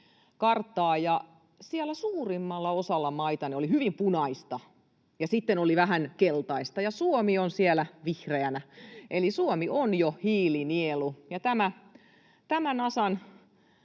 karttaa, ja siellä suurimmalla osalla maita oli hyvin punaista, ja sitten oli vähän keltaista, ja Suomi oli siellä vihreänä. Eli Suomi on jo hiilinielu, ja tämä Nasan